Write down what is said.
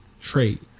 trait